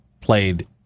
played